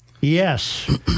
Yes